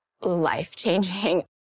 life-changing